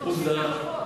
מפרשים בחוק.